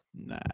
nah